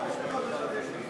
מה יש לך עוד לחדש לנו?